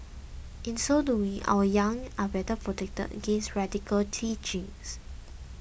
in so doing our young are better protected against radical teachings